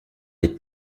les